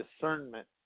discernment